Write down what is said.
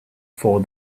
for